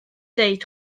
ddeud